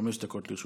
חמש דקות לרשותך.